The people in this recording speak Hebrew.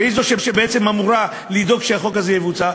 שאמורה לדאוג שהחוק הזה יבוצע,